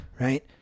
right